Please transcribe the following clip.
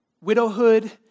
widowhood